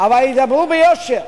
אבל ידברו ביושר,